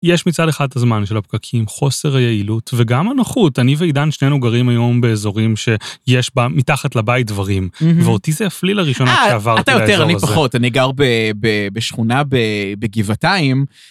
יש מצד אחד את הזמן של הפקקים, חוסר היעילות וגם הנוחות. אני ועידן, שנינו גרים היום באזורים שיש בה מתחת לבית דברים, ואותי זה יפלי לראשונה שעברתי לאזור הזה. אתה יותר, אני פחות, אני גר בשכונה בגבעתיים.